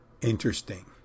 interesting